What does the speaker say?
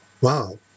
Wow